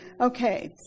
Okay